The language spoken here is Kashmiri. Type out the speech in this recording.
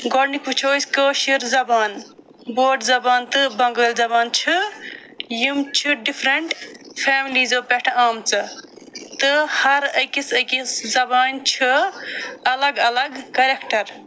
گۄڈنیُک وٕچھو أسھ کٲشٕر زبان بوڈ زبان تہٕ بنگٲلۍ زبان چھِ یِم چھِ ڈِفرنٛٹ فیملیٖزو پٮ۪ٹھ آمژٕ تہٕ ہر أکِس أکِس زبانہِ چھِ الگ الگ کرٮ۪کٹر